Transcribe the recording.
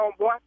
homeboy